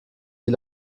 sie